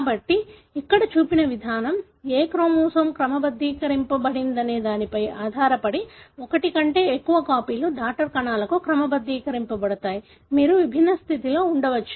కాబట్టి ఇక్కడ చూపిన విధంగా ఏ క్రోమోజోమ్ క్రమబద్ధీకరించబడిందనే దానిపై ఆధారపడి ఒకటి కంటే ఎక్కువ కాపీలు డాటర్ కణాలకు క్రమబద్ధీకరించబడతాయి మీరు విభిన్న స్థితిలో ఉండవచ్చు